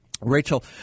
Rachel